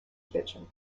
kitchen